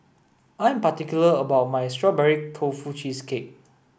I am particular about my strawberry tofu cheesecake